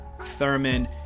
Thurman